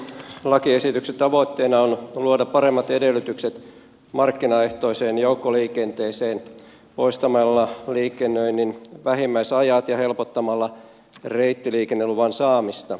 lakiesityksen tavoitteena on luoda paremmat edellytykset markkinaehtoiseen joukkoliikenteeseen poistamalla liikennöinnin vähimmäisajat ja helpottamalla reittiliikenneluvan saamista